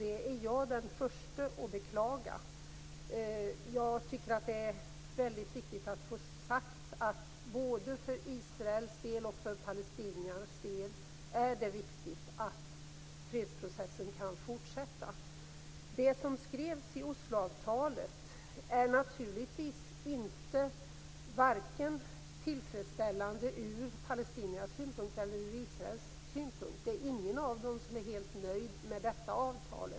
Det är jag den första att beklaga. Jag tycker att det är mycket viktigt att få sagt att det både för Israels del och för Palestinas del är viktigt att fredsprocessen kan fortsätta. Det som skrevs i Osloavtalet är naturligtvis varken tillfredsställande ur palestiniernas synpunkt eller ur israelernas synpunkt. Ingen av dem är helt nöjd med detta avtal.